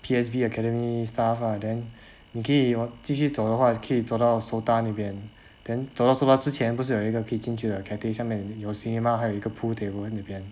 P_S_B academy stuff ah then 你可以继续走的话可以走到 sultan 那边 then 走到 sultan 之前不是有一个可以进去的 cathay 上面有 cinema 还有一个 pool table 那边